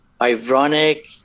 ironic